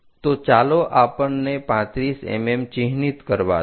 તો ચાલો આપણને 35 mm ચિહ્નિત કરવા દો